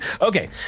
Okay